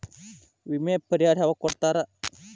ವಿಮೆ ಪರಿಹಾರ ಯಾವಾಗ್ ಕೊಡ್ತಾರ?